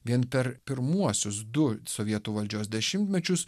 vien per pirmuosius du sovietų valdžios dešimtmečius